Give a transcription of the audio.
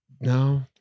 No